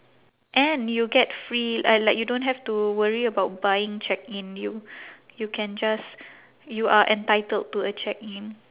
and you get free uh like you don't have to worry about buying check-in you you can just you are entitled to a check-in